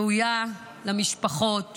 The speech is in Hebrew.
היו"ר מאיר